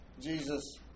Jesus